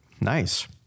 Nice